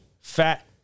Fat